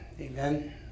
Amen